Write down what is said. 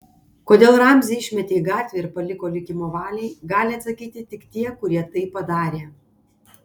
kodėl ramzį išmetė į gatvę ir paliko likimo valiai gali atsakyti tik tie kurie tai padarė